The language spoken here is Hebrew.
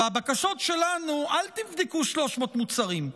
והבקשות שלנו: אל תבדקו 3,000 מוצרים,